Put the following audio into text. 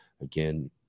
again